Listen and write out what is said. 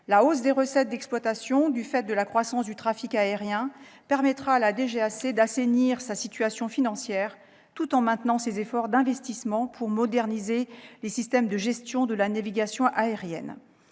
La hausse des recettes d'exploitation, du fait de la croissance du trafic aérien, permettra à la DGAC d'assainir sa situation financière, tout en maintenant ses efforts d'investissement pour moderniser les systèmes de gestion de la navigation aérienne.